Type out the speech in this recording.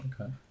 Okay